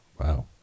Wow